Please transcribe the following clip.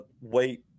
wait